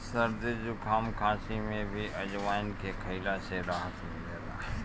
सरदी जुकाम, खासी में भी अजवाईन के खइला से राहत मिलेला